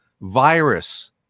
virus